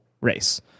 race